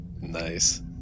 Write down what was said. Nice